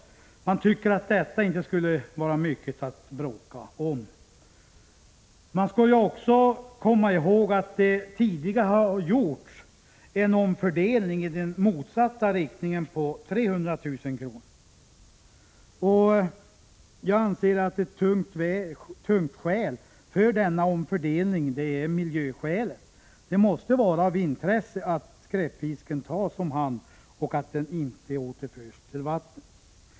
Man tycker att detta inte skulle vara mycket att bråka om. Här skall man ju Prot. 1985/86:140 komma ihåg att det tidigare har gjorts en omfördelning i den motsatta 14 maj 1986 | riktningen på 300 000 kr. Jag anser att ett tungt vägande skäl för denna omfördelning är miljöhänsynen. Det måste vara av intresse att skräpfisken | tas om hand och att den inte återförs till vattnet.